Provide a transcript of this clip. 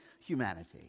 humanity